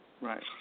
Right